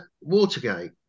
Watergate